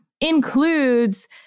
includes